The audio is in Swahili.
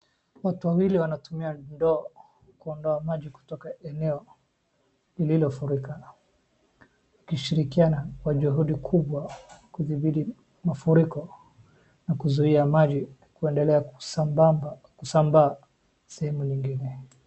Watu wawili wanatumia ndoo kuondoa maji kutoka eneo lililofurika, wakishirikiana kwa juhudi kubwa kudhibiti mafuriko na kuzuia maji kuendelea kusambaa sehemu nyingine.